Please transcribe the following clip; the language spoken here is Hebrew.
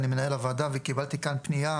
אני כמנהל הוועדה קיבלתי כאן פנייה